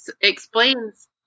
explains